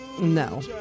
No